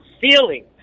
feeling